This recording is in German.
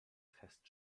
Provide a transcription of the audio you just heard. fest